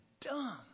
dumb